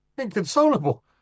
Inconsolable